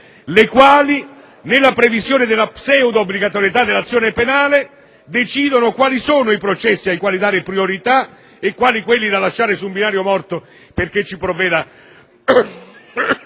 le quali, nella previsione della pseudo-obbligatorietà dell'azione penale, decidono quali sono i processi ai quali dare priorità e quali quelli da lasciare su un binario morto perché vi provveda